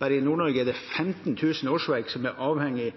Bare i Nord-Norge er det 15 000 årsverk som er avhengig